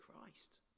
Christ